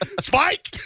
Spike